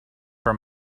for